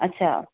अच्छा